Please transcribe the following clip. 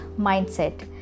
mindset